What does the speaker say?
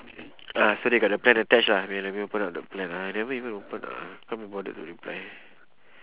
uh so they got the plan attach lah wait let me open up the plan ah I never even open ah can't be bothered to reply